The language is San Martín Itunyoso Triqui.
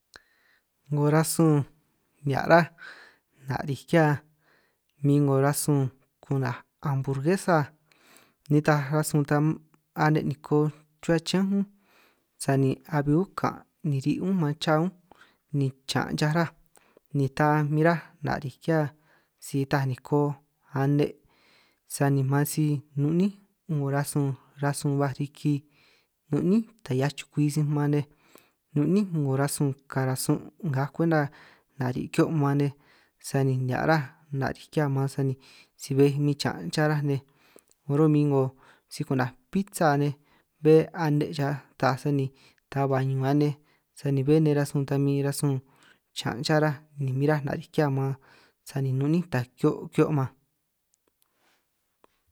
'Ngo rasun nihia' ráj narikia min 'ngo rasun ku'naj amburgesa, nitaj rasun ta ane' niko ruhua chiñán únj, sani abi únj kan' ni ri' únj man cha únj ni chan' chaj ráj ni ta min ráj nari'ij ki'hia si ta niko ane', sani man si nun níin' 'ngo rasun rasun baj riki nun níin' taj 'hiaj chukwi si man nej, nun níin' 'ngo rasun karasun' ngaj kwenta nari' kihio' man nej, sani nihia' ráj narij ki'hia man sani si bej min chiñan' cha ráj nej, ro'min 'ngo si ku'naj pissa nej bé ane' xaj taaj sani ta ba ñun anej sani bé nej rasun ta min rasun chaan' cha ráj, ni min ráj nariij ki'hia man sani nun níin' taj kihio' kihio' man.